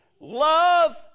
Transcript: love